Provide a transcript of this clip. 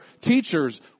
teachers